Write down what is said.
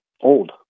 old